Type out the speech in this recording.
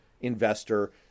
investor